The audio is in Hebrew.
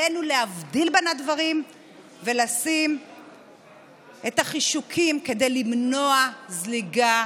עלינו להבדיל בין הדברים ולשים את החישוקים כדי למנוע זליגה